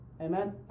Amen